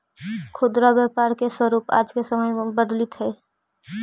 खुदरा व्यापार के स्वरूप आज के समय में बदलित हइ